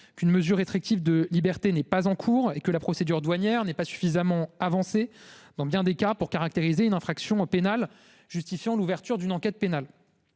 qu'une mesure est très actif de liberté n'est pas en cours et que la procédure douanière n'est pas suffisamment avancé dans bien des cas pour caractériser une infraction pénale justifiant l'ouverture d'une enquête pénale.